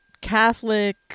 Catholic